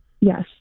Yes